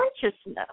consciousness